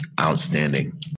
Outstanding